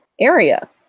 area